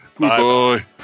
Goodbye